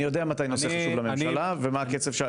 אני יודע מתי הנושא חשוב לממשלה ומה הקצב,